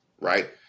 right